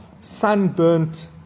sunburnt